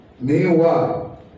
Meanwhile